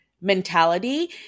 mentality